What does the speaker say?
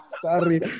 Sorry